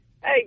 hey